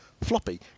floppy